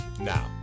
now